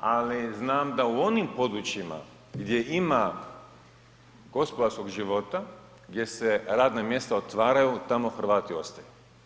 ali znam da u onim područjima gdje ima gospodarskog života, gdje se radna mjesta otvaraju, tamo Hrvati ostaju.